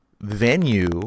venue